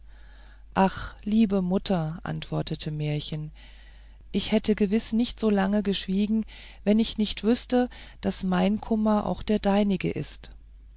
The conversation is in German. ach liebe mutter antwortete märchen ich hätte gewiß nicht so lange geschwiegen wenn ich nicht wüßte daß mein kummer auch der deinige ist